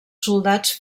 soldats